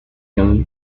eran